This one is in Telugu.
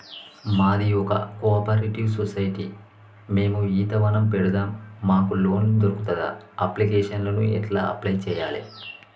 మాది ఒక కోఆపరేటివ్ సొసైటీ మేము ఈత వనం పెడతం మాకు లోన్ దొర్కుతదా? అప్లికేషన్లను ఎట్ల అప్లయ్ చేయాలే?